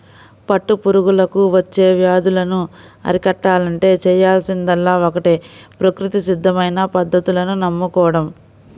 పట్టు పురుగులకు వచ్చే వ్యాధులను అరికట్టాలంటే చేయాల్సిందల్లా ఒక్కటే ప్రకృతి సిద్ధమైన పద్ధతులను నమ్ముకోడం